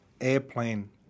airplane